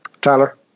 Tyler